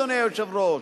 אדוני היושב-ראש.